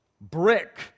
brick